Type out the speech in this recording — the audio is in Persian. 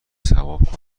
ثواب